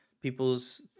people's